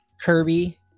Kirby